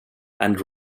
and